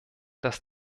dass